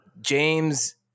James